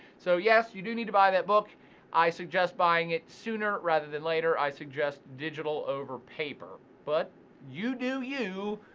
so yes, you do need to buy that book i suggest buying it sooner rather than later. i suggest digital over paper, but you do you.